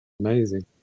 amazing